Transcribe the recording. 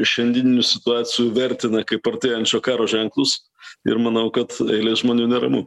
šiandieninių situacijų vertina kaip artėjančio karo ženklus ir manau kad eilei žmonių neramu